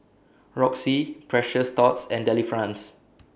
Roxy Precious Thots and Delifrance